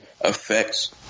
affects